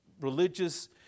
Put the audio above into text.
religious